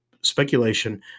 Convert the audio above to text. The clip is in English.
speculation